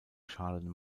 schalen